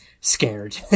scared